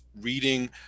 reading